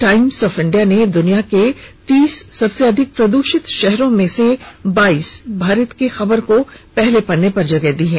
Times of India ने दुनिया के तीस सबसे अधिक प्रदूषित शहरां में से बाइस भारत के खबर को पहले पन्ने पर स्थान दिया है